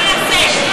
מה אני אעשה.